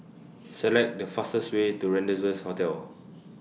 Select The fastest Way to Rendezvous Hotel